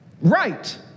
right